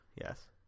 yes